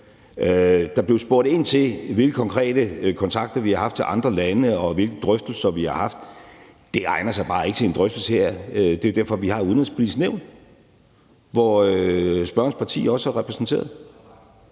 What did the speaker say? Der blev spurgt ind til, hvilke konkrete kontakter vi har haft til andre lande, og hvilke drøftelser vi har haft. Det egner sig bare ikke til en drøftelse her. Det er derfor, vi har Det Udenrigspolitiske Nævn, hvor spørgerens parti også er repræsenteret.